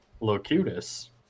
Locutus